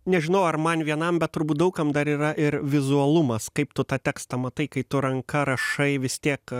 nežinau ar man vienam bet turbūt daug kam dar yra ir vizualumas kaip tu tą tekstą matai kai tu ranka rašai vis tiek